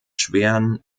schweren